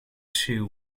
two